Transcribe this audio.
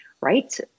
right